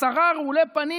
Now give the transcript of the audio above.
עשרה רעולי פנים,